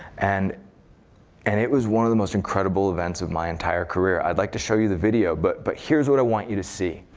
and and it was one of the most incredible events of my entire career. i'd like to show you the video, but but here's what i want you to see.